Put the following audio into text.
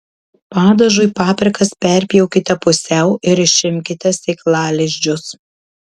padažui paprikas perpjaukite pusiau ir išimkite sėklalizdžius